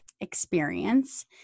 experience